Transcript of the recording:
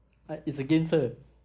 what is against her